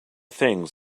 things